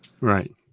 Right